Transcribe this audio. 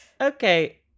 Okay